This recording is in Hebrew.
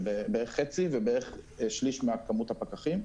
הם בערך חצי ובערך שליש מכמות הפקחים.